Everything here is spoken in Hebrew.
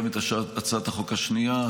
גם את הצעת החוק השנייה,